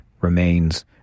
remains